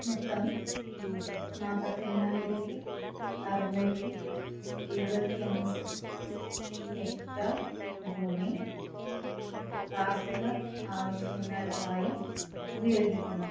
മൊത്തം നാൽപ്പത്തി എണ്ണായിരത്തി അറുനൂറ്റി എഴുപത്തി അഞ്ച് ഹെക്ടർ ഭൂമി കാർഷിക ആവശ്യങ്ങൾക്കായി ഉപയോഗിക്കുന്നു